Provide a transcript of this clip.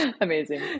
Amazing